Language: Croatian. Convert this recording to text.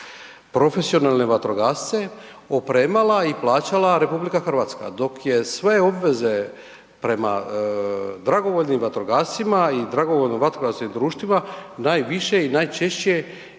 profesionalne vatrogasce opremala i plaćala RH dok je sve obveze prema dragovoljnim vatrogascima i dragovoljno vatrogasnim društvima najviše i najčešće